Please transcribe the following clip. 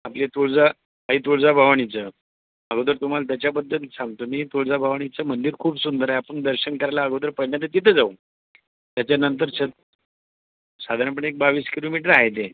आपली तुळजा आई तुळजाभवानीचं अगोदर तुम्हाला त्याच्याबद्दल सांगतो मी तुळजाभवानीचं मंदिर खूप सुंदर आहे आपण दर्शन करायला अगोदर पहिल्यांदा तिथं जाऊ त्याच्यानंतर छ् साधारणपणे एक बावीस किलोमिटर आहे ते